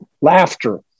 laughter